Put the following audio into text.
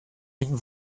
been